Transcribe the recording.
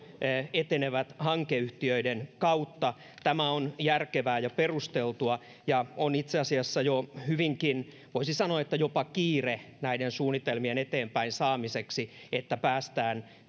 etenevät hankeyhtiöiden kautta tämä on järkevää ja perusteltua ja on itse asiassa jo hyvinkin voisi sanoa että jopa kiire näiden suunnitelmien eteenpäin saamiseksi että päästään